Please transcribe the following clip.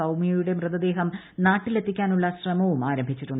സൌമൃയുടെ മൃതദേഹം നാട്ടില്ലെത്തിക്കാനുള്ള ശ്രമം ആരംഭിച്ചു